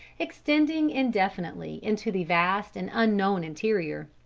extending indefinitely into the vast and unknown interior.